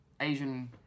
Asian